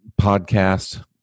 podcast